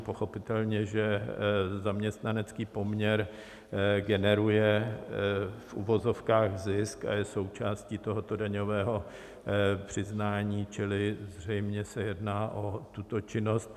Pochopitelně že zaměstnanecký poměr generuje v uvozovkách zisk a je součástí tohoto daňového přiznání, čili zřejmě se jedná o tuto činnost.